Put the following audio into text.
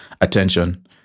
attention